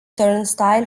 turnstile